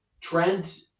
Trent